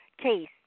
case